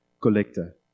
collector